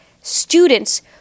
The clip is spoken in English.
Students